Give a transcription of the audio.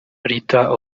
rita